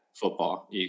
Football